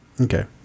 Okay